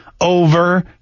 over